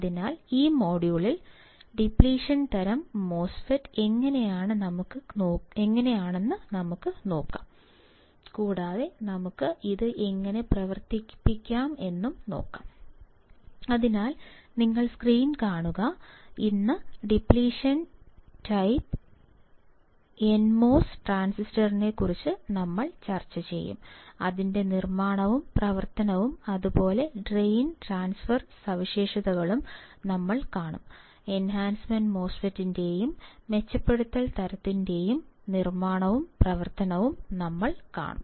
അതിനാൽ ഈ മൊഡ്യൂളിൽ ഡിപ്ലിഷൻ തരം മോസ്ഫെറ്റ് എങ്ങനെയെന്ന് നമുക്ക് നോക്കാം കൂടാതെ നമുക്ക് ഇത് എങ്ങനെ പ്രവർത്തിപ്പിക്കാം എന്നും നോക്കാം അതിനാൽ നിങ്ങൾ സ്ക്രീൻ കാണുക ഇന്ന് ഡിപ്ലിഷൻ ടൈപ്പ് എൻമോസ് ട്രാൻസിസ്റ്ററിനെക്കുറിച്ച് നമ്മൾ ചർച്ച ചെയ്യും അതിന്റെ നിർമ്മാണവും പ്രവർത്തനവും അതുപോലെ ഡ്രെയിൻ ട്രാൻസ്ഫർ സവിശേഷതകളും നമ്മൾ കാണും എൻഹാൻസ്മെൻറ് മോസ്ഫെറ്റിന്റെയും മെച്ചപ്പെടുത്തൽ തരത്തിന്റെയും നിർമ്മാണവും പ്രവർത്തനവും നമ്മൾ കാണും